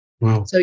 Wow